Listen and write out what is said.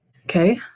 Okay